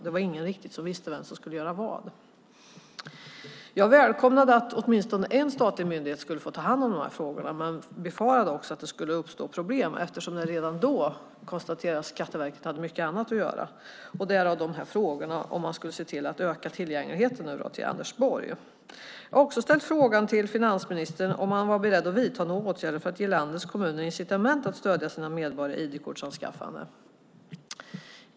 Det var ingen som riktigt visste vem som skulle göra vad. Jag välkomnade att åtminstone en statlig myndighet skulle få ta hand om frågorna, men jag befarade också att det skulle uppstå problem eftersom jag redan då konstaterade att Skatteverket hade mycket annat att göra - därav frågan om man ska se till att öka tillgängligheten som är ställd till Anders Borg. Jag har också frågat finansministern om han är beredd att vidta några åtgärder för att ge landets kommuner incitament att stödja sina medborgare i ID-kortsanskaffandet.